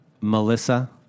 Melissa